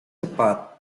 cepat